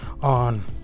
on